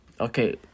okay